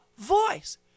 voice